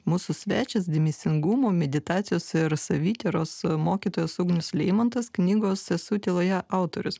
mūsų svečias dėmesingumo meditacijos ir savityros mokytojas ugnius leimontas knygos esu tyloje autorius